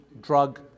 drug